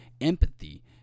empathy